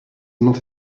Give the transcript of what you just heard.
not